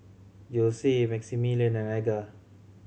Jose Maximillian and Edgar